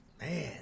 Man